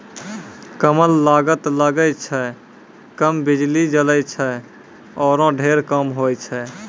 कम लागत लगै छै, कम बिजली जलै छै आरो ढेर काम होय छै